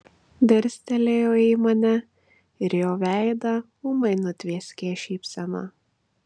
dirstelėjo į mane ir jo veidą ūmai nutvieskė šypsena